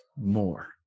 more